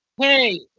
Hey